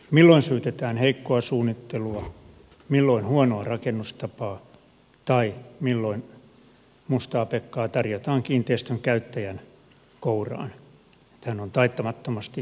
milloin syytetään heikkoa suunnittelua milloin huonoa rakennustapaa tai milloin mustaa pekkaa tarjotaan kiinteistön käyttäjän kouraan että hän on taitamattomasti käyttänyt rakennustaan